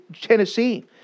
Tennessee